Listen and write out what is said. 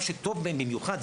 מה שטוב בהם במיוחד,